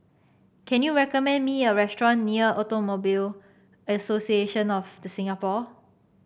can you recommend me a restaurant near Automobile Association of The Singapore